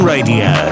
Radio